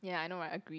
ya I know right agreed